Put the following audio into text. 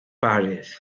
parties